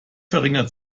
verringert